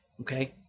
Okay